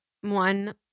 One